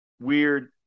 weird